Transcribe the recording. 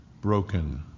Broken